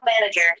manager